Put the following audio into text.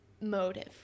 motive